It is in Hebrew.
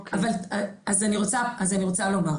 אז אני רוצה לומר,